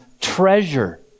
treasure